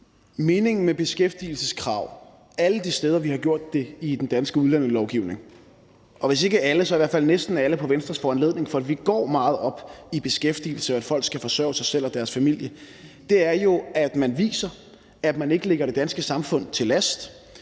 Meningen med beskæftigelseskrav alle de steder, vi har gjort det i den danske udlændingelovgivning – og hvis ikke alle, så er i hvert fald næsten alle kommet til på Venstres foranledning, for vi går meget op i beskæftigelse og i, at folk skal forsørge sig selv og deres familie – er jo, at man viser, at man ikke ligger det danske samfund til last,